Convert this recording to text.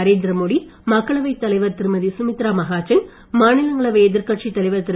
நரேந்திரமோடி மக்களவைத் தலைவர் திருமதி சுமித்ராமகஜன் மாநிலங்களவை எதிர்க்கட்சித் தலைவர் திரு